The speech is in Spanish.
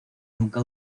nunca